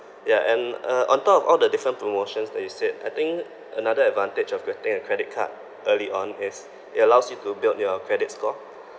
ya and uh on top of all the different promotions that you said I think another advantage of getting a credit card early on is it allows you to build your credit score